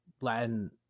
Latin